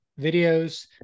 videos